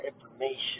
information